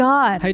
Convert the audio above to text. God